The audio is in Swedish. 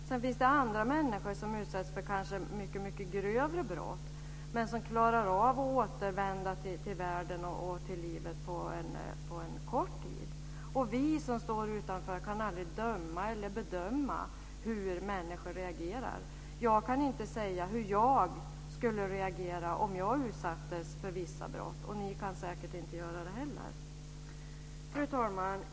Det finns andra människor som utsätts för mycket grövre brott men klarar av att återvända till världen och livet på kort tid. Vi som står utanför kan aldrig döma eller bedöma hur människor reagerar. Jag kan inte säga hur jag skulle reagera om jag utsattes för vissa brott, och ni kan säkert inte heller göra det. Fru talman!